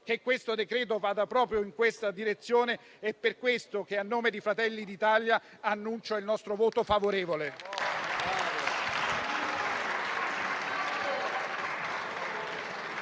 che il decreto-legge vada proprio in questa direzione ed è per questo che, a nome di Fratelli d'Italia, annuncio il voto favorevole